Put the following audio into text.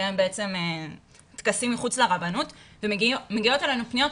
שמקיים בעצם טקסים מחוץ לרבנות ומגיעות אלינו פניות,